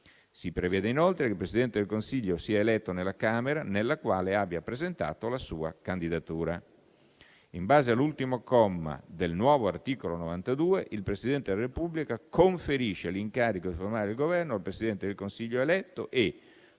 Si prevede inoltre che il Presidente del Consiglio sia eletto nella Camera nella quale abbia presentato la sua candidatura. In base all'ultimo comma del nuovo articolo 92, il Presidente della Repubblica conferisce l'incarico di formare il Governo al Presidente del Consiglio eletto e,